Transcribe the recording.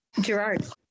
Gerard